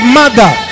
mother